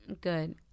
good